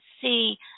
see